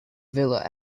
villa